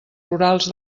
rurals